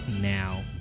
now